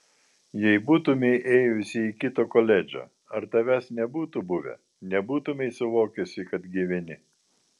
jei būtumei ėjusi į kitą koledžą ar tavęs nebūtų buvę nebūtumei suvokusi kad gyveni